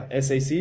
SAC